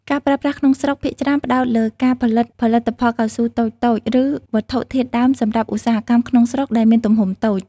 ការប្រើប្រាស់ក្នុងស្រុកភាគច្រើនផ្តោតលើការផលិតផលិតផលកៅស៊ូតូចៗ ឬវត្ថុធាតុដើមសម្រាប់ឧស្សាហកម្មក្នុងស្រុកដែលមានទំហំតូច។